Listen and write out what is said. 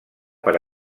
per